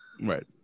Right